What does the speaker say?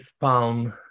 found